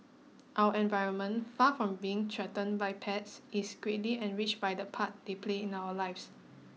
our environment far from being threatened by pets is greatly enriched by the part they play in our lives